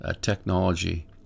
technology